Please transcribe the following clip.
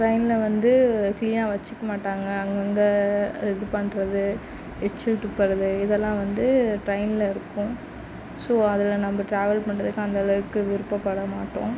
ட்ரெயினில் வந்து க்ளீனாக வச்சுக்க மாட்டாங்க அங்கங்கே இது பண்ணுறது எச்சில் துப்புறது இதெலாம் வந்து ட்ரெயினில் இருக்கும் ஸோ அதில் நம்ப ட்ராவல் பண்ணுறதுக்கு அந்த அளவுக்கு விருப்பப்பட மாட்டோம்